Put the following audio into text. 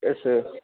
असं